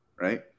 right